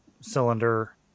cylinder